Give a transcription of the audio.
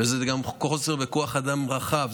זה גם חוסר בכוח אדם רחב,